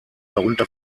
darunter